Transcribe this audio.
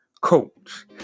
coach